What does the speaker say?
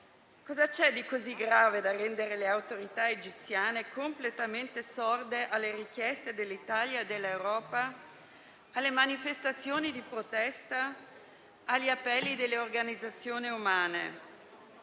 Cosa c'è di così grave da rendere le autorità egiziane completamente sorde alle richieste dell'Italia e dell'Europa, alle manifestazioni di protesta, agli appelli delle organizzazioni umanitarie?